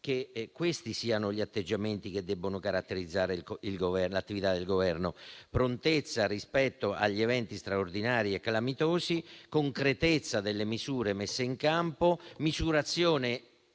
che questi siano gli atteggiamenti che devono caratterizzare l'attività del Governo: prontezza rispetto agli eventi straordinari e calamitosi; concretezza delle misure messe in campo; misurazione